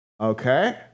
Okay